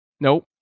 Nope